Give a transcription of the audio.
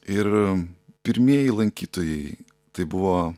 ir pirmieji lankytojai tai buvo